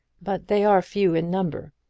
but they are few in number.